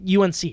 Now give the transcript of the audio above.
UNC